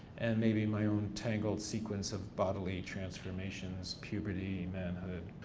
and maybe my own tangled sequence of bodily transformation as puberty, manhood,